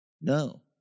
No